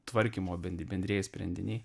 tvarkymo bendri bendrieji sprendiniai